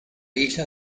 isla